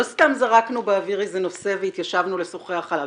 לא סתם זרקנו באוויר איזה נושא והתיישבנו לשוחח עליו.